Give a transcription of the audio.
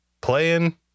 playing